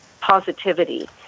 positivity